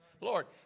Lord